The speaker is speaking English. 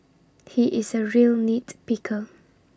he is A real nit picker